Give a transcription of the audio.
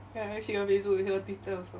ya she got facebook she got twitter also